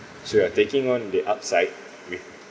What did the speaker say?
so you're taking on the upside with